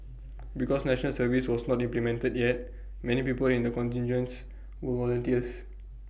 because National Service was not implemented yet many people in the contingents were volunteers